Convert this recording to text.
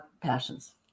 passions